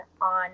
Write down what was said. on